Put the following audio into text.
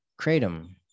kratom